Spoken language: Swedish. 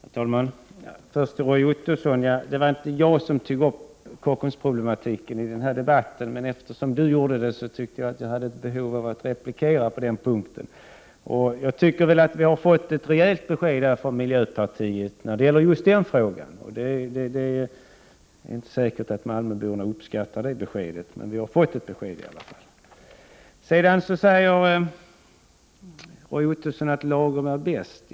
Herr talman! Först vill jag säga till Roy Ottosson att det inte var jag som tog upp Kockumsproblematiken i denna debatt, men eftersom han gjorde det tyckte jag att jag hade ett behov av att replikera på den punkten. Vi har nu fått ett rejält besked från miljöpartiet i just den frågan, men det är inte säkert att malmöborna uppskattar det beskedet. Sedan sade Roy Ottosson att lagom är bäst.